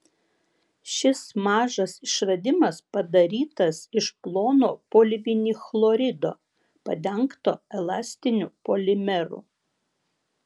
šis mažas išradimas padarytas iš plono polivinilchlorido padengto elastiniu polimeru